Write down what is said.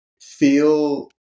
feel